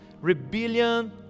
rebellion